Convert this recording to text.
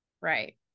right